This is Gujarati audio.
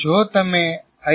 જો તમે આઈ